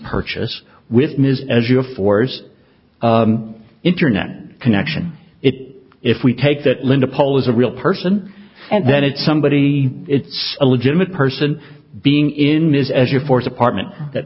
purchase with ms as you force internet connection it if we take that linda poll is a real person and then it's somebody it's a legitimate person being in this as your fourth apartment